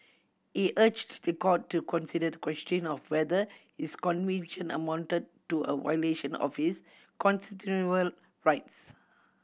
he urged the court to consider the question of whether his conviction amounted to a violation of his constitutional rights